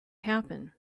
happen